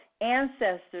Ancestors